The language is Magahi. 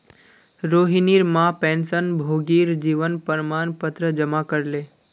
रोहिणीर मां पेंशनभोगीर जीवन प्रमाण पत्र जमा करले